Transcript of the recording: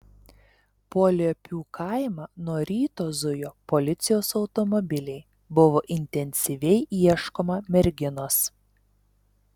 po liepių kaimą nuo ryto zujo policijos automobiliai buvo intensyviai ieškoma merginos